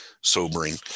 sobering